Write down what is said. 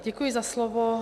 Děkuji za slovo.